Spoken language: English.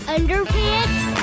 Underpants